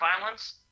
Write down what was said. violence